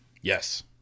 Yes